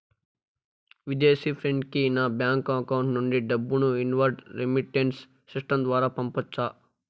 విదేశీ ఫ్రెండ్ కి నా బ్యాంకు అకౌంట్ నుండి డబ్బును ఇన్వార్డ్ రెమిట్టెన్స్ సిస్టం ద్వారా పంపొచ్చా?